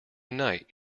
night